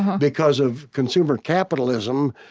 because of consumer capitalism,